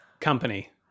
company